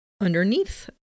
underneath